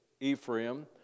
Ephraim